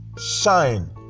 shine